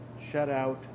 shutout